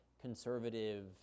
conservative